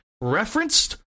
referenced